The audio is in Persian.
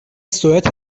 سوئد